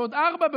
בעוד ארבע,